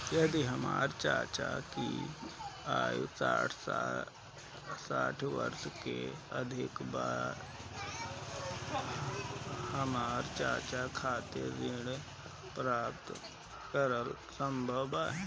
यदि हमर चाचा की आयु साठ वर्ष से अधिक बा त का हमर चाचा खातिर ऋण प्राप्त करल संभव बा